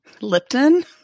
Lipton